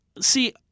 See